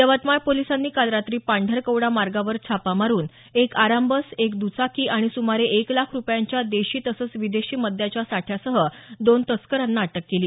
यवतमाळ पोलिसांनी काल रात्री पांढरकवडा मार्गावर छापा मारुन एक आरामबस एक दुचाकी आणि सुमारे एक लाख रुपयांच्या देशी तसंच विदेशी मद्याच्या साठ्यासह दोन तस्करांना अटक केली